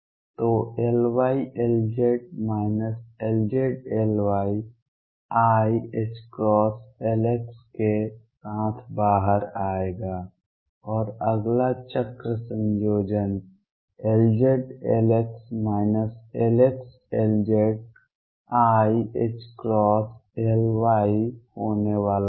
तो Ly Lz Lz Ly iℏLx के साथ बाहर आएगा और अगला चक्र संयोजन Lz Lx Lx Lz iℏLy होने वाला है